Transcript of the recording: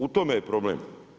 U tome je problem.